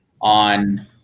on